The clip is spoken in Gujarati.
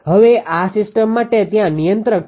હવે આ સિસ્ટમ માટે ત્યાં નિયંત્રક છે